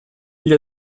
gli